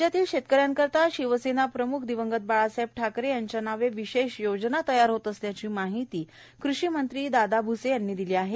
राज्यातल्या शेतकऱ्यांकरता शिवसेना प्रम्ख दिवंगत बाळासाहेब ठाकरे यांच्या नावे विशेष योजना तयार होत असल्याची माहिती कृषी मंत्री दादा भूसे यांनी दिली आहे